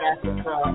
Africa